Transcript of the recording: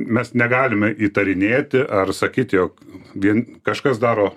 mes negalime įtarinėti ar sakyt jog vien kažkas daro